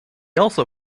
also